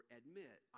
admit